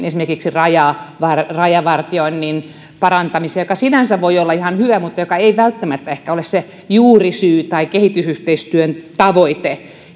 esimerkiksi myöskin rajavartioinnin parantamista joka sinänsä voi olla ihan hyvä kohde mutta joka ei välttämättä ehkä ole se juurisyy tai kehitysyhteistyön tavoite